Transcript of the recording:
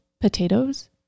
potatoes